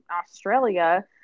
Australia